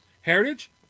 Heritage